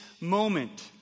moment